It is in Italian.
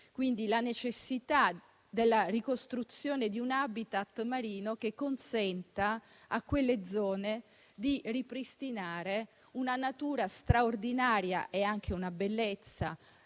quindi la necessità di ricostruire un *habitat* marino che consenta a quelle zone di ripristinare la natura straordinaria e anche la bellezza